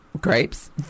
grapes